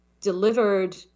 delivered